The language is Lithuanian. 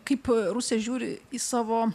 kaip rusija žiūri į savo